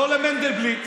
לא את מנדלבליט.